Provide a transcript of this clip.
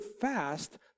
fast